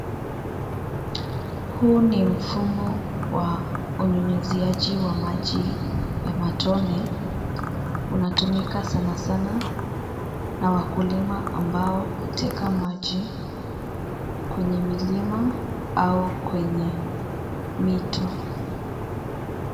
Huu ni mfumo wa unyunyuziaji wa maji ya matone ,unatumika sanasana na wakulima ambao huteka maji kwenye milima au kwenye mito.